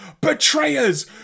Betrayers